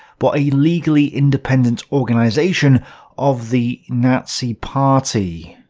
but a legally independent organization of the nazi party,